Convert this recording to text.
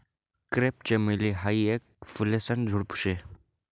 crepe चमेली हायी येक फुलेसन झुडुप शे